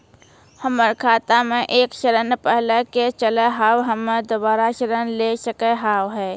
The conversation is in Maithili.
हमर खाता मे एक ऋण पहले के चले हाव हम्मे दोबारा ऋण ले सके हाव हे?